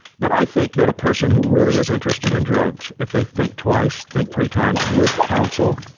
but i think that a person who really is interested in drugs, if they think twice, think three times with counsel,